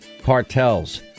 cartels